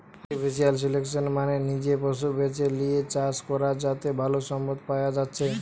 artificial selection মানে নিজে পশু বেছে লিয়ে চাষ করা যাতে ভালো সম্পদ পায়া যাচ্ছে